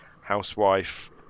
housewife